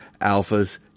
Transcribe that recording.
Alpha's